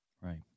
Right